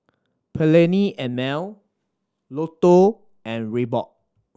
Perllini and Mel Lotto and Reebok